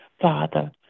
Father